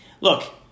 look